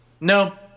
No